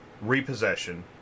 Repossession